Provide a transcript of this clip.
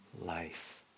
life